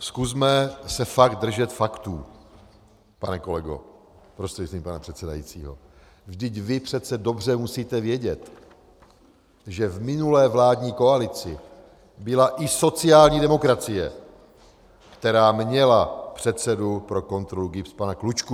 Zkusme se fakt držet faktů, pane kolego prostřednictvím pana předsedajícího, vždyť vy přece dobře musíte vědět, že v minulé vládní koalici byla i sociální demokracie, která měla předsedu pro kontrolu GIBS pana Klučku.